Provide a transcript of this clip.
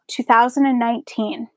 2019